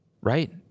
Right